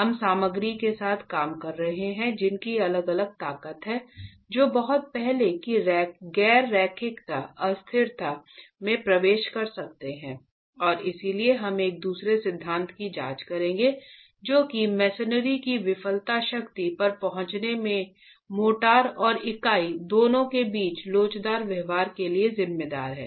हम सामग्री के साथ काम कर रहे हैं जिनकी अलग अलग ताकत है और जो बहुत पहले ही गैर रैखिकताअस्थिरता में प्रवेश कर सकते हैं और इसलिए हम एक दूसरे सिद्धांत की जांच करेंगे जो की मेसेनरी की विफलता शक्ति पर पहुंचने में मोर्टार और इकाई दोनों के बिना लोचदार व्यवहार के लिए जिम्मेदार है